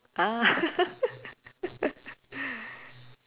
ah